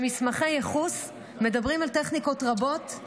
במסמכי ייחוס מדברים על טכניקות רבות,